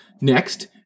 Next